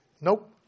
Nope